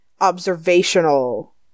Observational